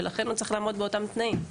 ולכן הוא צריך לעמוד באותם התנאים.